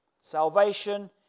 Salvation